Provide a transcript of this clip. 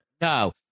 No